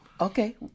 Okay